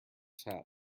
taps